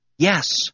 Yes